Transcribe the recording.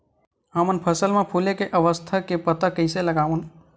हमन फसल मा फुले के अवस्था के पता कइसे लगावन?